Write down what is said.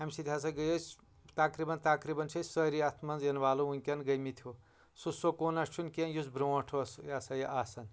امہِ سۭتۍ ہسا گٔیے أسۍ تقریٖبن تقریٖبن چھِ أسۍ سٲری اتھ منٛز اِنوالو وُنکیٚن گٔمٕتۍ ہُہ سُہ سکوٗنہ چھُنہٕ کینٛہہ یُس برٛونٛٹھ اوس یہِ ہسا یہِ آسان